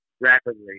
rapidly